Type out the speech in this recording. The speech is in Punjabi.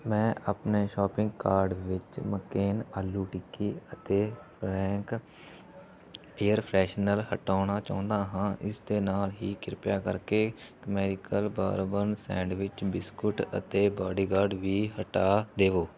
ਮੈਂ ਆਪਣੇ ਸ਼ੋਪਿੰਗ ਕਾਰਟ ਵਿਚੋਂ ਮਕੇਨ ਆਲੂ ਟਿੱਕੀ ਅਤੇ ਫਰੈਂਕ ਏਅਰ ਫਰੈਸ਼ਨਰ ਹਟਾਉਣਾ ਚਾਹੁੰਦਾ ਹਾਂ ਇਸ ਦੇ ਨਾਲ ਹੀ ਕ੍ਰਿਪਾ ਕਰਕੇ ਕਮੈਰੀਕਲ ਬਾਰਬਨ ਸੈਂਡਵਿਚ ਬਿਸਕੁਟ ਅਤੇ ਬਾਡੀਗਾਰਡ ਵੀ ਹਟਾ ਦੇਵੋ